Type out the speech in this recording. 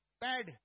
bad